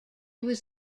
was